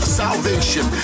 salvation